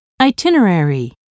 itinerary